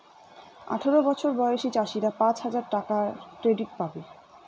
আঠারো বছর বয়সী চাষীরা পাঁচ হাজার টাকার ক্রেডিট পাবে